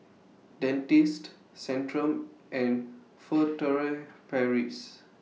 Dentiste Centrum and Furtere Paris